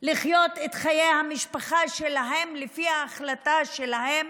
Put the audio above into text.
לחיות את חיי המשפחה שלהם לפי ההחלטה שלהם,